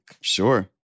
Sure